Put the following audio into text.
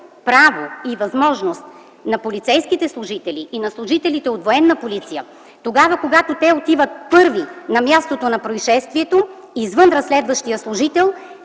право и възможност на полицейските служители и на служителите от Военна полиция тогава, когато отиват първи на мястото на произшествието, извън разследващия служител,